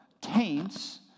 taints